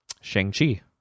Shang-Chi